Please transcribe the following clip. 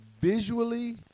visually